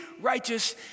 righteous